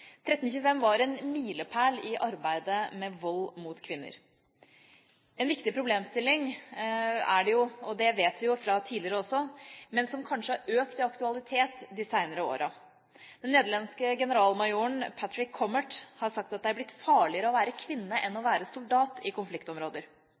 1325 var en milepæl i arbeidet med vold mot kvinner. En viktig problemstilling er det jo – og det vet vi fra tidligere også – men den har kanskje økt i aktualitet de senere årene. Den nederlandske generalmajoren Patrick Cammaert har sagt at det er blitt farligere å være kvinne enn å